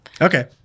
Okay